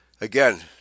Again